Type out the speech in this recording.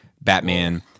Batman